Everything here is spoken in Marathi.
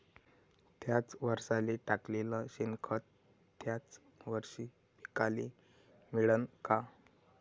थ्याच वरसाले टाकलेलं शेनखत थ्याच वरशी पिकाले मिळन का?